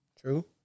True